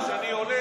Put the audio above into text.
לפיד היה עולה,